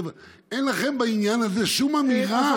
אין לכם בעניין הזה שום אמירה.